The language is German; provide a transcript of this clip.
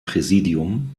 präsidium